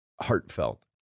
heartfelt